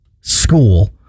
school